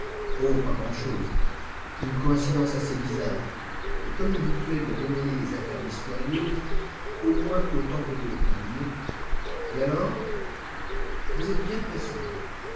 oh pas grand-chose une coïncidence assez bizarre et comme il vous plaît de démêler les affaires mystérieuses au moins autant que de les combiner et alors vous êtes bien pressé